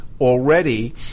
already